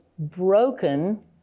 broken